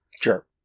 Sure